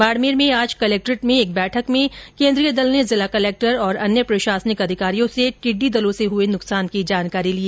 बाडमेर में आज कलक्ट्रेट में एक बैठक में केन्द्रीय दल ने जिला कलेक्टर और अन्य प्रशासनिक अधिकारियों से टिड्डी दलों से हुए नुकसान की जानकारी ली